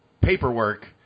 paperwork –